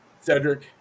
cedric